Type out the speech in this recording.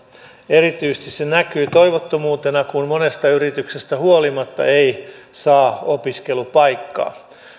erityisesti se näkyy toivottomuutena kun monesta yrityksestä huolimatta ei saa opiskelupaikkaa